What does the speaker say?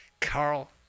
Carl